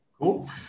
cool